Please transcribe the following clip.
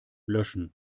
löschen